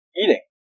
eating